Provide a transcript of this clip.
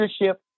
leadership